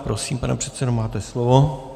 Prosím, pane předsedo, máte slovo.